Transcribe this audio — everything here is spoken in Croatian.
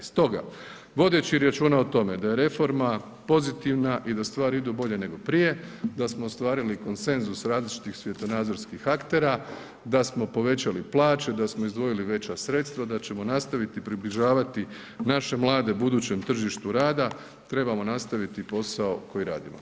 Stoga, vodeći računa o tome da je reforma pozitivna i da stvari idu bolje nego prije, da smo ostvarili konsenzus različitih svjetonazorskih aktera, da smo povećali plaće, da smo izdvojili veća sredstva, da ćemo nastaviti približavati naše mlade budućem tržištu rada trebamo nastaviti posao koji radimo.